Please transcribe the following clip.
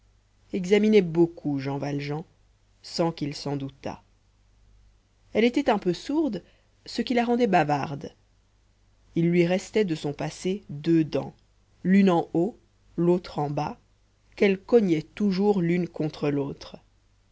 examinait beaucoup jean valjean sans qu'il s'en doutât elle était un peu sourde ce qui la rendait bavarde il lui restait de son passé deux dents l'une en haut l'autre en bas qu'elle cognait toujours l'une contre l'autre